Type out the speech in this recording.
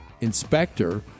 inspector